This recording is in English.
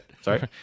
sorry